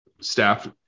staff